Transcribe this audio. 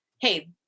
hey